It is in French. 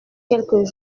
quelques